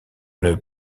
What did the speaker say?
une